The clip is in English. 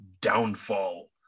downfall